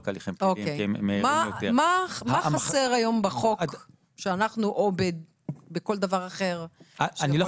מה חסר היום בחוק או בכל דבר אחר שאנחנו יכולים לסייע?